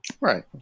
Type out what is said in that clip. Right